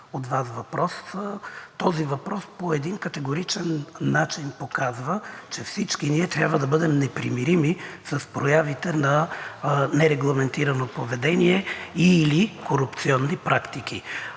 от Вас въпрос. Този въпрос по един категоричен начин показва, че всички ние трябва да бъдем непримирими с проявите на нерегламентирано поведение и/или корупционни практики.